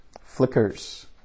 flickers